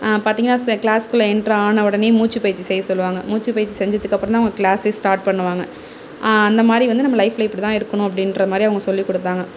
பார்த்திங்கன்னா கிளாஸில் என்ட்ரு ஆன உடனயே மூச்சு பய்ர்ச்சி செய்ய சொல்லுவாங்க மூச்சு பய்ர்ச்சி செஞ்சதுக்கு அப்பறந்தான் அவங்க கிளாஸ் ஸ்டார்ட் பண்ணுவாங்க அந்த மாதிரி வந்து நம்ம லைஃப்பில் இப்படிதான் இருக்கணும் அப்படின்ற மாதிரி அவங்க சொல்லி கொடுத்தாங்க